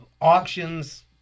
auctions